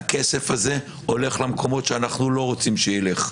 הכסף הזה הולך למקומות שאנחנו לא רוצים שילך.